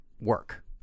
work